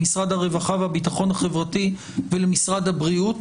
למשרד הרווחה והביטחון החברתי ולמשרד הבריאות